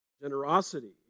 Generosity